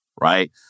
right